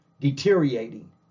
deteriorating